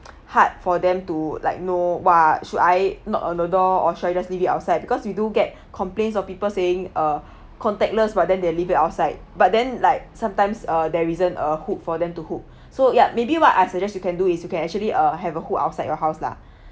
hard for them to like know what should I knock on the door or should I just leave it outside because we do get complaints of people saying uh contactless but then they leave it outside but then like sometimes err there isn't a hook for them to hook so ya maybe what I suggest you can do is you can actually uh have a hook outside your house lah